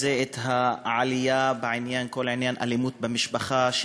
העלייה של עניין האלימות במשפחה,